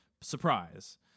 Surprise